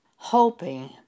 hoping